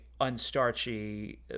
unstarchy